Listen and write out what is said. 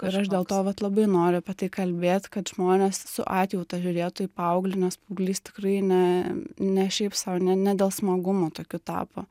ir aš dėl to vat labai noriu apie tai kalbėt kad žmonės su atjauta žiūrėtų į paauglį nes paauglys tikrai ne ne šiaip sau ne dėl smagumo tokiu tapo